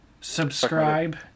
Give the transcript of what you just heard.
subscribe